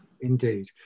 indeed